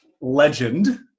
legend